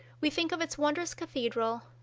we think of its wondrous cathedral,